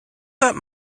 that